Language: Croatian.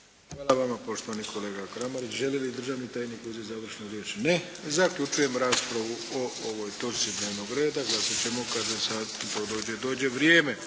Hvala vama poštovani kolega Kramarić. Želi li državni tajnik uzeti završnu riječ? Ne. Zaključujem raspravu. O ovoj točci dnevnog reda glasati ćemo kada za to dođe vrijeme.